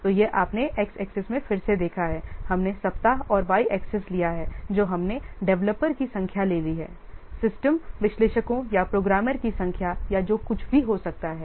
तो यह आपने एक्स एक्सेस में फिर से देखा है हमने सप्ताह और वाई एक्सेस लिया है जो हमने डेवलपर्स की संख्या ले ली है सिस्टम विश्लेषकों या प्रोग्रामर की संख्या या जो कुछ भी हो सकता है